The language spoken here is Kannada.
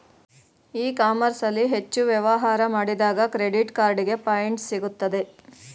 ಇ ಕಾಮರ್ಸ್ ಅಲ್ಲಿ ಹೆಚ್ಚು ವ್ಯವಹಾರ ಮಾಡಿದಾಗ ಕ್ರೆಡಿಟ್ ಕಾರ್ಡಿಗೆ ಪಾಯಿಂಟ್ಸ್ ಸಿಗುತ್ತದೆ